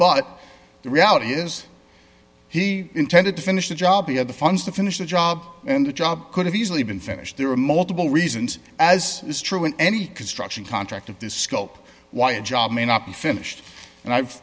but the reality is he intended to finish the job he had the funds to finish the job and the job could have easily been finished there are multiple reasons as is true in any construction contract of this scope why a job may not be finished and i've